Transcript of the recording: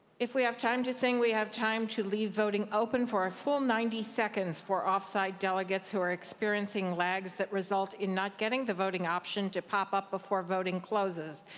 if we have time to sing, we have time to leave voting open for a full ninety seconds for off-site delegates who are experiencing lags that result in not getting the voting option to pop up before voting closes.